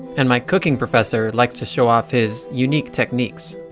and my cooking professor likes to show off his unique techniques.